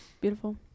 beautiful